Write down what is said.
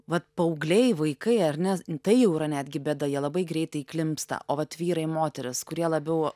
vat paaugliai vaikai ar ne tai jau yra netgi bėda jie labai greitai įklimpsta o vat vyrai moterys kurie labiau